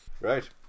Right